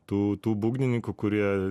tų tų būgnininkų kurie